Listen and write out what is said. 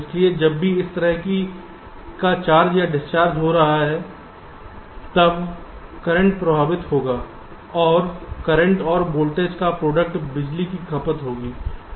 इसलिए जब भी इस तरह का चार्ज डिस्चार्ज हो रहा है तब करंट प्रवाहित होगा और करंट और वोल्टेज का प्रोडक्ट बिजली की खपत होगी